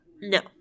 no